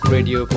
Radio